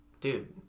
dude